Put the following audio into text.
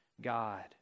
God